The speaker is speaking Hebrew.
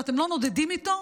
ואתם לא נודדים איתו